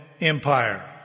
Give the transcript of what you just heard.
Empire